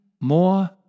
more